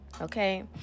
okay